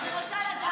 אני רוצה לדעת.